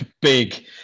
big